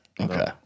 Okay